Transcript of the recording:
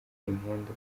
impundu